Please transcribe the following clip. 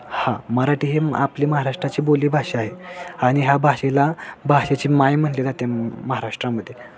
हां मराठी ही आपली महाराष्ट्राची बोलीभाषा आहे आणि ह्या भाषेला भाषेची माय म्हटली जाते महाराष्ट्रामध्ये